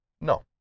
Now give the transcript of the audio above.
no